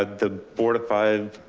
ah the board of five,